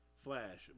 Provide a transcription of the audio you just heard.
flash